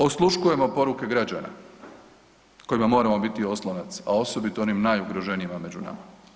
Osluškujemo poruke građana kojima moramo biti oslonac, a osobito onim najugroženijim među nama.